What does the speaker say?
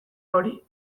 hori